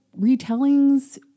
retellings